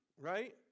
right